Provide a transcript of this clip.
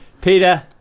Peter